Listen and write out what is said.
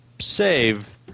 Save